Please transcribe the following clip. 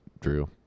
Drew